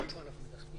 השאלה האם נכון